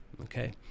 Okay